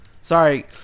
Sorry